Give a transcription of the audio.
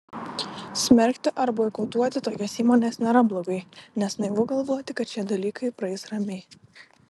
smerkti ar boikotuoti tokias įmones nėra blogai nes naivu galvoti kad šie dalykai praeis ramiai